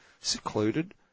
secluded